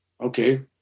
Okay